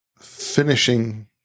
finishing